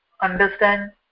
understand